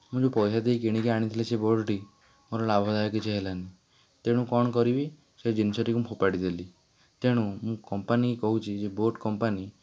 ମୁଁ ଯେଉଁ ପଇସା ଦେଇ କିଣିକି ଆଣିଥିଲି ସେ ବୋଟ୍ଟି ମୋର ଲାଭଦାୟକ କିଛି ହେଲାନି ତେଣୁ କ'ଣ କରିବି ସେ ଜିନିଷଟିକୁ ମୁଁ ଫୋପାଡ଼ି ଦେଲି ତେଣୁ ମୁଁ କମ୍ପାନୀକୁ କହୁଛି ଯେ ବୋଟ୍ କମ୍ପାନୀ